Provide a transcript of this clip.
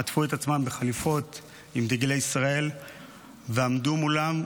עטפו את עצמם בחליפות עם דגלי ישראל ועמדו מולם בגבורה,